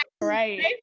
right